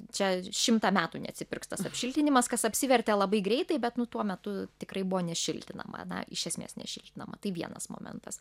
čia šimtą metų neatsipirks tas apšiltinimas kas apsivertė labai greitai bet nu tuo metu tikrai buvo nešiltinama na iš esmės nešiltinama tai vienas momentas